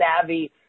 savvy